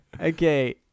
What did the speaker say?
Okay